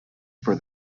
for